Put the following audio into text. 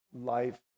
life